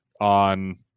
on